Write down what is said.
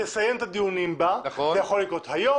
תסיים את הדיון זה יכול להיות היום,